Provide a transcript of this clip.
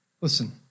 Listen